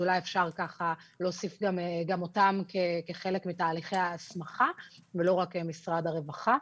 אולי אפשר להוסיף גם אותם כחלק מתהליכי ההסמכה ולא רק את משרד הרווחה.